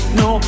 no